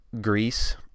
Greece